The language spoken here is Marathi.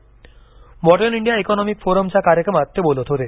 वॉर्टन इंडिया इकॉनॉमिक फोरमच्या कार्यक्रमात ते बोलत होते